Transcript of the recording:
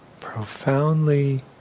profoundly